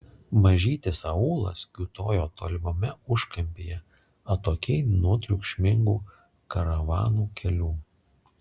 mažytis aūlas kiūtojo tolimame užkampyje atokiai nuo triukšmingų karavanų kelių